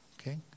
Okay